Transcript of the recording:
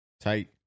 Tight